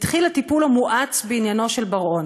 התחיל הטיפול המואץ בעניינו של בר-און.